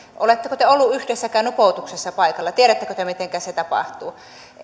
oletteko te ollut yhdessäkään nupoutuksessa paikalla tiedättekö te mitenkä se tapahtuu